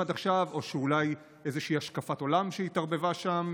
עד עכשיו או אולי איזושהי השקפת עולם שהתערבבה שם,